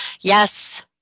Yes